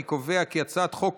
אני קובע כי הצעת חוק